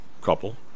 couple